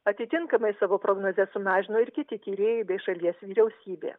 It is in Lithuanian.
atitinkamai savo prognozes sumažino ir kiti tyrėjai bei šalies vyriausybė